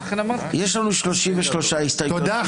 יש לנו 33 הסתייגויות --- תודה,